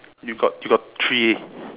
you got you got three